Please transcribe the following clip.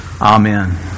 Amen